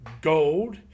Gold